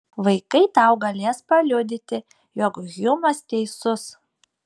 vaikai tau galės paliudyti jog hjumas teisus